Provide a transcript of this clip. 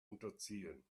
unterziehen